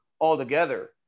altogether